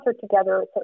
together